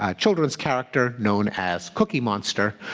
ah children's character known as cookie monster,